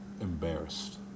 Embarrassed